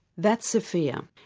that's sophia.